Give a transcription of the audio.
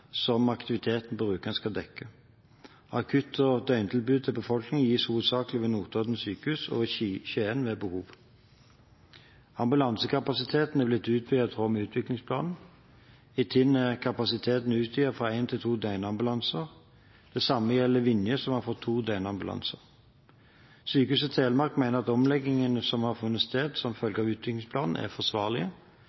som aktiviteten på Rjukan skal dekke. Akutt- og døgntilbud til befolkningen gis hovedsakelig ved Notodden sykehus og i Skien ved behov. Ambulansekapasiteten er blitt utvidet i tråd med utviklingsplanen. I Tinn er kapasiteten utvidet fra én til to døgnambulanser. Det samme gjelder Vinje, som også har fått to døgnambulanser. Sykehuset Telemark mener at omleggingene som har funnet sted som